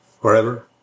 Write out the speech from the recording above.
forever